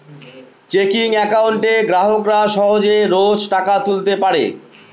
checking একাউন্টে গ্রাহকরা সহজে রোজ টাকা তুলতে পারে